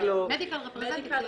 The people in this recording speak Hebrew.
נציג, medical representative.